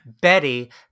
Betty